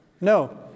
No